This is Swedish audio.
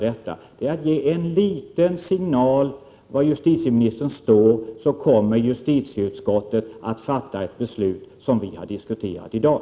Det är bara att ge en liten signal om var justitieministern står, så kommer justitieutskottet att fatta ett beslut, som vi har diskuterat i dag.